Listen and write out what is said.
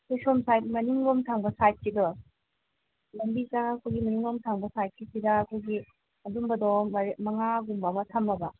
ꯑꯩꯈꯣꯏ ꯁꯣꯝ ꯁꯥꯏꯠ ꯃꯅꯤꯡꯂꯣꯝ ꯊꯪꯕ ꯁꯥꯏꯠꯀꯤꯗꯣ ꯂꯝꯕꯤ ꯆꯪꯂꯛꯄꯒꯤ ꯃꯅꯤꯡꯂꯣꯝ ꯊꯪꯕ ꯁꯥꯏꯠꯀꯤꯁꯤꯗ ꯑꯩꯈꯣꯏꯒꯤ ꯑꯗꯨꯝꯕꯗꯣ ꯃꯉꯥꯒꯨꯝꯕ ꯑꯃ ꯊꯝꯃꯕ